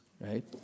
right